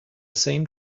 same